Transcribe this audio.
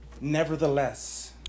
Nevertheless